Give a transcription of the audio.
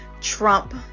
Trump